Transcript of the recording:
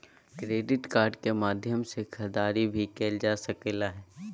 credit card के माध्यम से खरीदारी भी कायल जा सकले हें